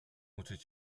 uczyć